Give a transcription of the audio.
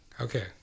Okay